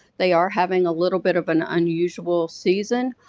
they are having a little bit of an unusual season.